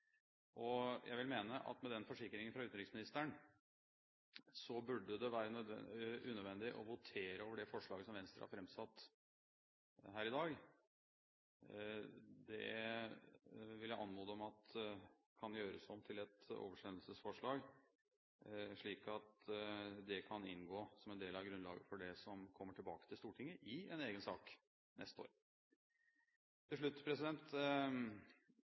Jeg vil mene at med den forsikringen fra utenriksministeren burde det være unødvendig å votere over det forslaget som Venstre har fremsatt her i dag. Jeg vil anmode om at det gjøres om til et oversendelsesforslag, slik at det kan inngå som en del av grunnlaget for det som kommer tilbake til Stortinget i en egen sak neste år. Til slutt: